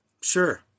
Sure